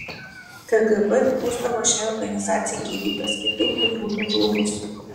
kgb įpūsdavo šiai organizacijai gyvybės kitaip ji būtų žlugusi